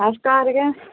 अस घर गै